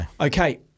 Okay